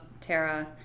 Tara